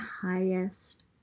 highest